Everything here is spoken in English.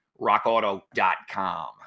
RockAuto.com